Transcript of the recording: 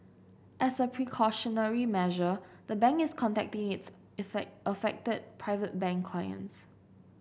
as a precautionary measure the bank is contacting its affected Private Bank clients